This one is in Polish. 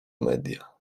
media